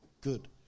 good